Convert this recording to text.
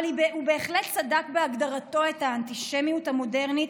אבל הוא בהחלט צדק בהגדרתו את האנטישמיות המודרנית